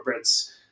corporates